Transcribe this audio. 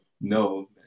no